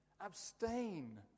abstain